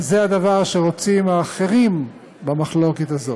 וזה הדבר שרוצים האחרים במחלוקת הזאת.